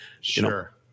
Sure